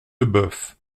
leboeuf